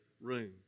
room